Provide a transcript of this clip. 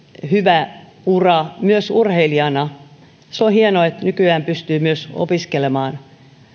hyvä ura myös urheilijana se on hienoa että nykyään pystyy myös opiskelemaan